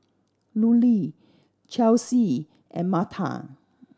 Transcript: Lulie Chelsy and Martha